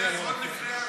ועדת הכלכלה.